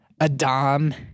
Adam